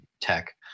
tech